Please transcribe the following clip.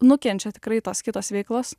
nukenčia tikrai tos kitos veiklos